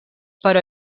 però